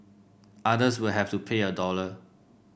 others will have to pay a dollar